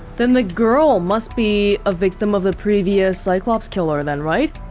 then the girl must be a victim of the previous cyclops killer, then, right?